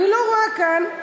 אני לא רואה כאן,